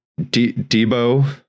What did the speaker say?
Debo